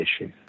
issue